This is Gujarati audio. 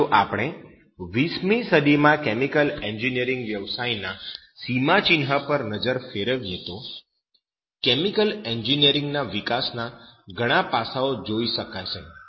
હવે જો આપણે 20 મી સદીમાં કેમિકલ એન્જિનિયરીંગ વ્યવસાયના સીમાચિન્હ પર નજર ફેરવીએ તો કેમિકલ એન્જિનિયરીંગના વિકાસના ઘણા પાસાં જોઈ શકાશે